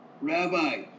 Rabbi